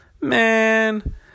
Man